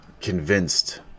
convinced